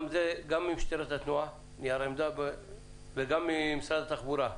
גם ממשטרת התנועה נייר עמדה וגם ממשרד התחבורה.